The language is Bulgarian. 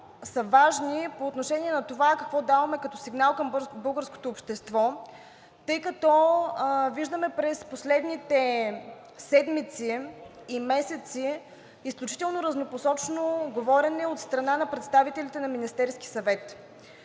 са важни по отношение на това какво даваме като сигнал към българското общество, тъй като виждаме през последните седмици и месеци изключително разнопосочно говорене от страна на представителите на Министерския съвет.